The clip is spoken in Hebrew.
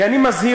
כי אני מזהיר,